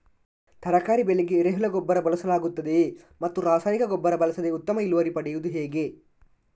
ತರಕಾರಿ ಬೆಳೆಗೆ ಎರೆಹುಳ ಗೊಬ್ಬರ ಬಳಸಲಾಗುತ್ತದೆಯೇ ಮತ್ತು ರಾಸಾಯನಿಕ ಗೊಬ್ಬರ ಬಳಸದೆ ಉತ್ತಮ ಇಳುವರಿ ಪಡೆಯುವುದು ಹೇಗೆ?